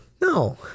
no